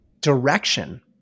direction